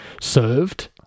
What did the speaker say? served